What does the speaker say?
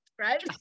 right